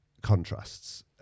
contrasts